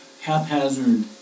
haphazard